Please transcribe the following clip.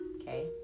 okay